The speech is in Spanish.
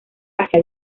hacia